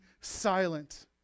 silent